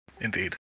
Indeed